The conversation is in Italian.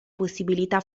possibilità